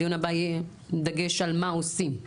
בדיון הבא יהיה דגש על מה עושים.